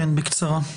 בקצרה.